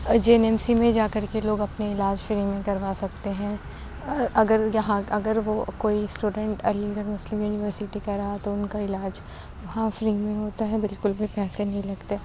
Jain M C میں جا کر کے لوگ اپنے علاج فری میں کروا سکتے ہیں اگر یہاں اگر وہ کوئی student Aligarh Muslim University کا رہا تو ان کا علاج وہاں فری میں ہوتا ہے بالکل بھی پیسے نہیں لگتے